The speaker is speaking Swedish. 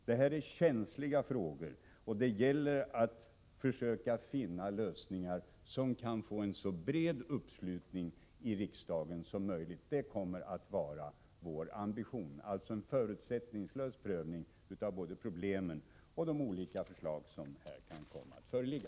Det här är känsliga frågor, och det gäller att försöka finna lösningar som kan få en så bred uppslutning i riksdagen som möjligt. Det kommer att vara vår ambition — alltså en förutsättningslös prövning av både problemen och de olika förslag som här kan komma att föreligga.